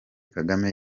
kagame